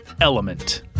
Element